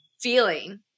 feeling